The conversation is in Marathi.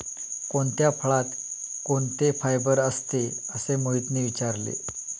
कोणत्या फळात कोणते फायबर असते? असे मोहितने विचारले